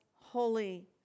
holy